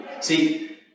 See